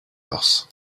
house